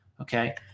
Okay